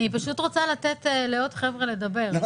אני פשוט רוצה לאפשר לעוד חברים לדבר.